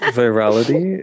virality